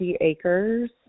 acres